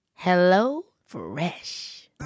HelloFresh